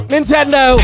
Nintendo